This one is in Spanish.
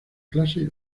clase